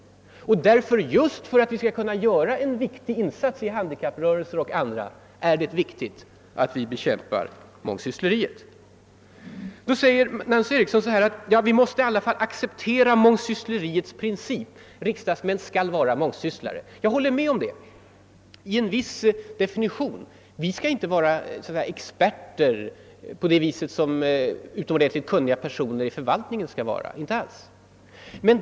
Just för att vi skall kunna göra en insats t.ex. i en handikapprörelse är det viktigt att vi bekämpar mångsyssleriet. Vi måste i alla fall acceptera mångsyssleriets princip, säger Nancy Eriksson. Riksdagsmän skall vara mångsysslare. Jag håller med om det, enligt en viss definition på »mångsysslare». Vi politiker skall inte var experter på samma sätt som de utomordentligt kunniga personerna i förvaltningen.